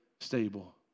stable